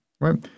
right